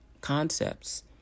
concepts